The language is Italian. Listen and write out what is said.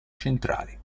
centrali